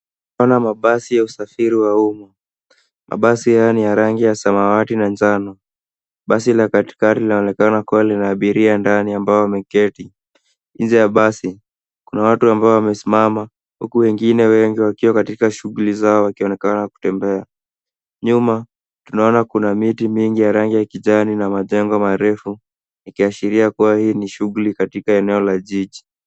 Mabasi ya usafiri wa umma. Mabasi haya ni ya rangi ya samawati na njano. Basi la katikati linaonekana kuwa lina abiria ndani ambao wameketi. Nje ya basi kuna watu ambao wamesimama huku wengine wengi wakiwa katika shughuli zao wakionekana kutembea. Nyuma tunaona kuna miti mingi ya rangi ya kijani na majengo marefu, ikiashiria kuwa hii ni shughuli katika eneo la jiji.